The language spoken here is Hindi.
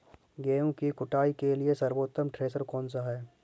गेहूँ की कुटाई के लिए सर्वोत्तम थ्रेसर कौनसा है?